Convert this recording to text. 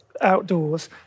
outdoors